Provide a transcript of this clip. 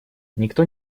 никто